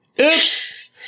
Oops